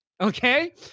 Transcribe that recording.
okay